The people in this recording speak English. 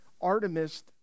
Artemis